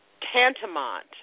tantamount